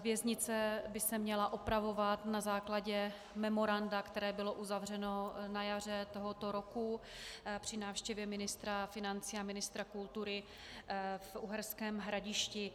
Věznice by se měla opravovat na základě memoranda, které bylo uzavřeno na jaře tohoto roku při návštěvě ministra financí a ministra kultury v Uherském Hradišti.